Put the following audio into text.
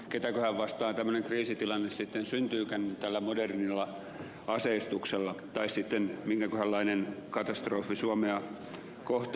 ketäköhän vastaan tämmöinen kriisitilanne sitten syntyykään tällä modernilla aseistuksella tai minkäköhänlainen katastrofi suomea kohtaa